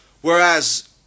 Whereas